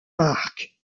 marc